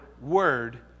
word